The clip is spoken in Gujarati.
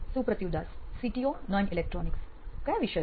સુપ્રતિવ દાસ સીટીઓ નોઇન ઇલેક્ટ્રોનિક્સ કયા વિષયો